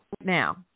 now